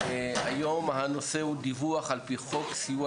היום הנושא הוא דיווח על פי חוק סיוע